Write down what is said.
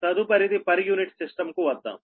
తదుపరిది per unit system కు వద్దాం